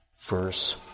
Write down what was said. verse